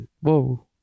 Whoa